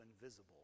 invisible